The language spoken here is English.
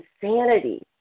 insanity